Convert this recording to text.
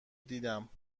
دیدم